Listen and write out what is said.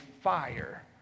fire